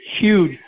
huge